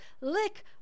Lick